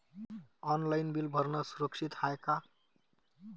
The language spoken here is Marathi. ऑनलाईन बिल भरनं सुरक्षित हाय का?